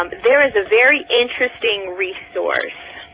um there is a very interesting resource,